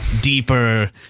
Deeper